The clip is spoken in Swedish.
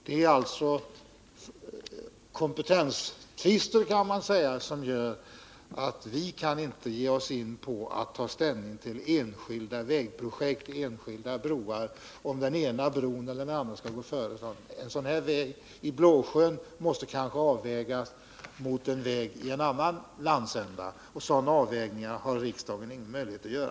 Det är alltså kompetenstvister som gör att vi inte kan ge oss in på att ta ställning till enskilda vägprojekt och till om den ena bron skall gå före den andra. Behovet av en väg i Blåsjön måste kanske jämföras med behovet av en väg i en annan landsända, och sådana avvägningar har riksdagen ingen möjlighet att göra.